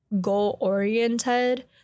goal-oriented